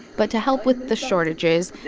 but to help with the shortages,